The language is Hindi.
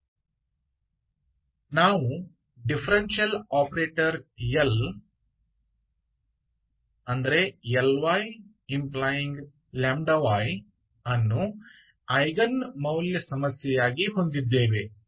हमारे पास डिफरेंशियल ऑपरेटर L Lyλy एक एगेनमूल्य समस्या के रूप में है